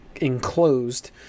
enclosed